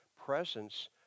presence